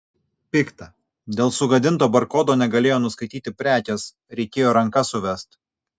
pikta dėl sugadinto barkodo negalėjo nuskaityti prekės reikėjo ranka suvest